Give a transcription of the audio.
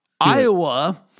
Iowa